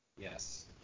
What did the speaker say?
Yes